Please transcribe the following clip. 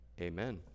Amen